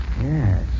Yes